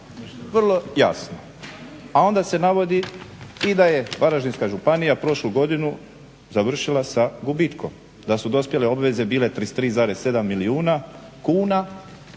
vrlo jasno. A onda se navodi i da je Varaždinska županija prošlu godinu završila sa gubitkom, da su dospjele obveze bile 33,7 milijuna kuna